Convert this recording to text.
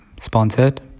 sponsored